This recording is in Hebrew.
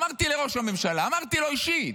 אמרתי לראש הממשלה, אמרתי לו אישית: